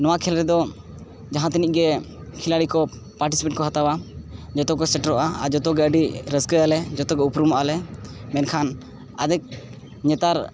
ᱱᱚᱣᱟ ᱠᱷᱮᱹᱞ ᱨᱮᱫᱚ ᱡᱟᱦᱟᱸ ᱛᱤᱱᱟᱹᱜ ᱜᱮ ᱠᱷᱤᱞᱟᱲᱤ ᱠᱚ ᱠᱚ ᱦᱟᱛᱟᱣᱟ ᱡᱚᱛᱚ ᱠᱚ ᱥᱮᱴᱮᱨᱚᱜᱼᱟ ᱟᱨ ᱡᱚᱛᱚ ᱜᱮ ᱟᱹᱰᱤ ᱨᱟᱹᱥᱠᱟᱹᱭᱟᱞᱮ ᱡᱚᱛᱚ ᱜᱮ ᱩᱯᱨᱩᱢᱚᱜ ᱟᱞᱮ ᱢᱮᱱᱠᱷᱟᱱ ᱟᱫᱷᱮᱠ ᱱᱮᱛᱟᱨ